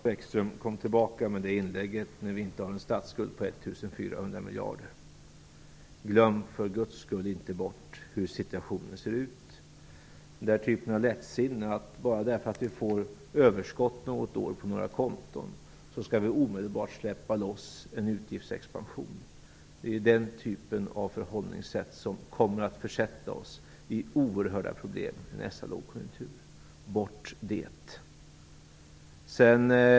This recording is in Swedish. Herr talman! Kom tillbaka med det inlägget när vi inte har en statsskuld på 1 400 miljarder, Lars Bäckström. Glöm för Guds skull inte bort hur situationen ser ut. Att bara för att vi får överskott på några konton omedelbart släppa loss en utgiftsexpansion är ett förhållningssätt som kommer att försätta oss i oerhörda problem vid nästa lågkonjunktur.